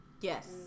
Yes